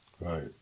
Right